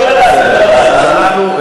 אז אנחנו,